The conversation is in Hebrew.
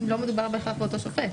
לא מדובר בהכרח באותו שופט.